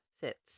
fits